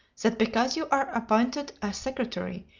that because you are appointed a secretary,